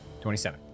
27